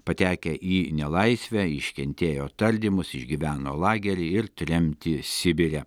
patekę į nelaisvę iškentėjo tardymus išgyveno lagery ir tremtį sibire